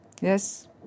Yes